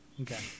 Okay